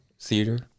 theater